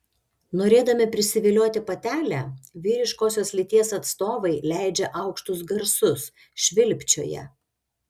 norėdami prisivilioti patelę vyriškosios lyties atstovai leidžia aukštus garsus švilpčioja